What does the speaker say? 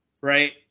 right